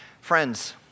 Friends